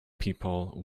people